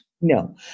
No